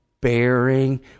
bearing